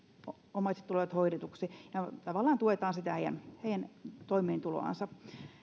omaisten tilanne tulee hoidetuksi ja tavallaan tuetaan sitä heidän heidän toimeentuloansa